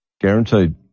Guaranteed